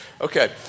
Okay